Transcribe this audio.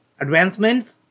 advancements